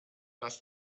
dass